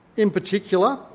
in particular,